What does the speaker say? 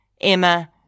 Emma